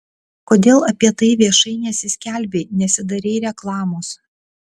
kodėl apie tai viešai nesiskelbei nesidarei reklamos